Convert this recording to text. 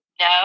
No